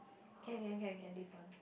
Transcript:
can can can can leave one